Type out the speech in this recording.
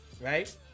right